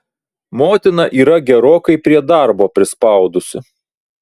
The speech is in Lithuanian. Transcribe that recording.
motina yra gerokai prie darbo prispaudusi